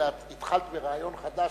אלא התחלת ברעיון חדש,